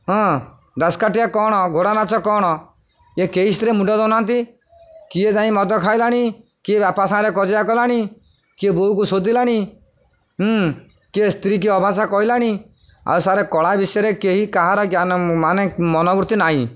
ହଁ ଦାସକାଠିଆ କ'ଣ ଘୋଡ଼ା ନାଚ କ'ଣ ଏ କେହି ସ୍ତ୍ରୀ ମୁଣ୍ଡ ଦେଉନାହାନ୍ତି କିଏ ଯାଇ ମଦ ଖାଇଲାଣି କିଏ ବାପା ସାଙ୍ଗରେ କଜିଆ କଲାଣି କିଏ ବୋଉକୁ ଶୋଧିଲାଣି କିଏ ସ୍ତ୍ରୀ କିଏ ଅଭାସା କିଲଣି ଆଉ ସାରା କଳା ବିଷୟରେ କେହି କାହାର ମାନେ ମନବୃତ୍ତି ନାହିଁ